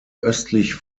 östlich